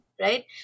right